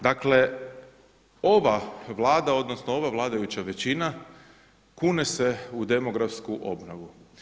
Dakle ova Vlada odnosno ova vladajuća većina kune se u demografsku obnovu.